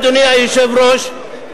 אדוני היושב-ראש,